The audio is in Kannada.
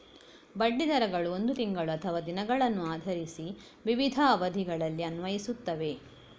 ಬಡ್ಡಿ ದರಗಳು ಒಂದು ತಿಂಗಳು ಅಥವಾ ದಿನಗಳನ್ನು ಆಧರಿಸಿ ವಿವಿಧ ಅವಧಿಗಳಲ್ಲಿ ಅನ್ವಯಿಸುತ್ತವೆ